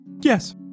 Yes